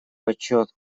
отчет